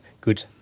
good